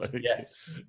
Yes